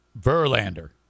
Verlander